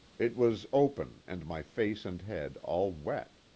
it was open and my face and head all wet.